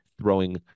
throwing